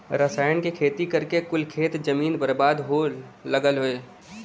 रसायन से खेती करके कुल खेत जमीन बर्बाद हो लगल हौ